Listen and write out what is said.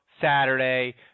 Saturday